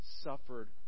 suffered